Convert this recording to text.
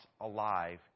alive